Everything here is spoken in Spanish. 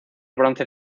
bronce